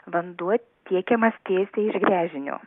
vanduo tiekiamas tiesiai iš gręžinio